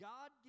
God